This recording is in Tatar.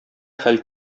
хәл